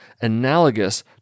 analogous